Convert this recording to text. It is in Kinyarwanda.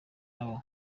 nabo